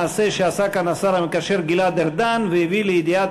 מעשה שעשה כאן השר המקשר גלעד ארדן והביא לידיעת